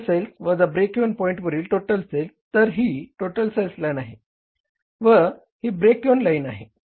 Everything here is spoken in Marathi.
टोटल सेल्स वजा ब्रेक इव्हन पॉईंटवरील टोटल सेल्स तर ही टोटल सेल्स लाईन आहे व ही ब्रेक इव्हन लाईन आहे